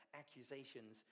accusations